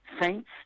saint's